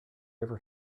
ever